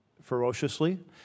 ferociously